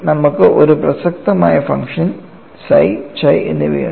നമുക്ക് പ്രസക്തമായ function psi chi എന്നിവയുണ്ട്